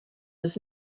was